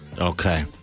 Okay